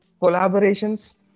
Collaborations